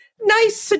nice